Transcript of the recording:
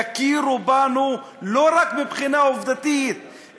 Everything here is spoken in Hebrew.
תכירו בנו לא רק מבחינה עובדתית,